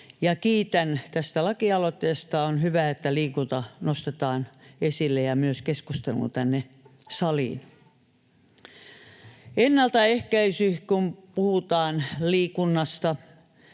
kiitän tästä lakialoitteesta. On hyvä, että liikunta nostetaan esille ja myös keskusteluun tänne saliin. Ennaltaehkäisyn toimenpiteet, kun puhutaan liikunnasta,